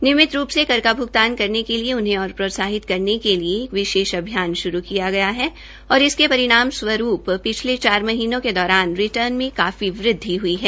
नियमित रूप से कर का भ्गतान करने के लिए उन्हें और प्रोत्साहित करने के लिए एक विशेष अभियान श्रू किया गया है और इसके परिणामस्वरूप पिछले चार महीनों के दौरान रिटर्न में काफी वृद्धि हुई है